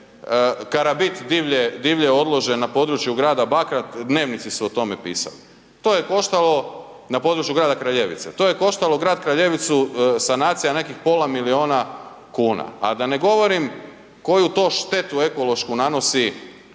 karabit divlje odložen na području grada Bakra, dnevnici su o tome pisali. To je koštalo, na području grada Kraljevice, to je koštalo grad Kraljevicu, sanacija nekih pola miliona kuna, a da ne govorim koju to štetu ekološku nanosi